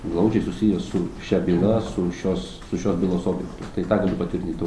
glaudžiai susiję su šia byla su šios su šios bylos objektu tai tą galiu patvirtint